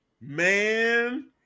man